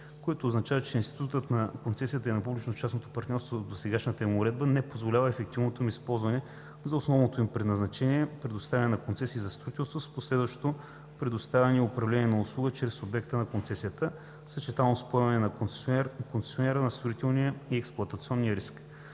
което означава, че институтът на концесията и на публично-частното партньорство в досегашната им уредба, не позволява ефективното им използване за основното им предназначение – предоставяне на концесии за строителство, с последващо предоставяне и управление на услуги чрез обекта на концесията, съчетано с поемане от концесионера на строителния и на експлоатационния риск.